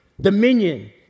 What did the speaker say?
dominion